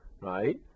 right